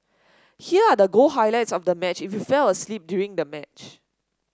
here are the goal highlights of the match if you fell asleep during the match